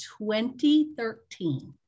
2013